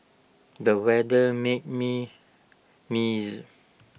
the weather made me neeze